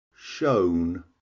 Shown